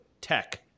tech